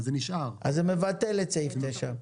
זה מבטל את הסתייגות תשע.